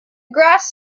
grass